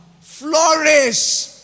flourish